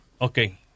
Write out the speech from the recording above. Okay